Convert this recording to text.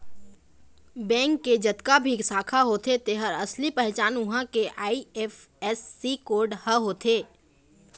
bank के जतका भी शाखा होथे तेखर असली पहचान उहां के आई.एफ.एस.सी कोड ह होथे